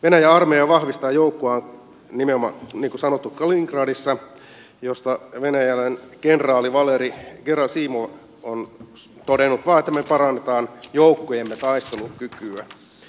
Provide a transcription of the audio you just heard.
venäjän armeija vahvistaa joukkojaan niin kuin sanottu kaliningradissa mistä venäläinen kenraali valeri gerasimov on todennut vain että me parannamme joukkojemme taistelukykyä